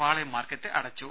പാളയം market അടച്ചു